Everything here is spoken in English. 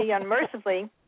unmercifully